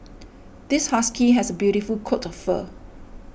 this husky has a beautiful coat of fur